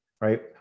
right